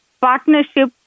partnership